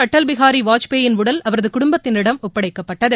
அடல் பிகாரி வாஜ்பாயின் உடல் அவரது குடும்பத்தினரிடம் ஒப்படைக்கப்பட்டது